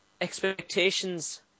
Expectations